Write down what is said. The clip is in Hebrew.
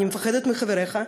אני מפחדת מחבריך,